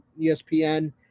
ESPN